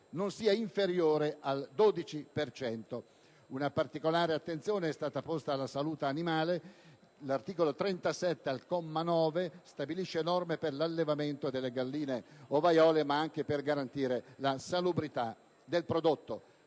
non sia inferiore al 12 per cento. Una particolare attenzione è stata posta alla salute animale: l'articolo 37, al comma 9, stabilisce norme per l'allevamento delle galline ovaiole, ma anche per garantire la salubrità del prodotto.